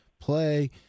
play